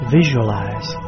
visualize